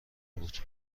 بود